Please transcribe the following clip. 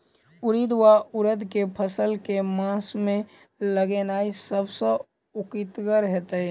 उड़ीद वा उड़द केँ फसल केँ मास मे लगेनाय सब सऽ उकीतगर हेतै?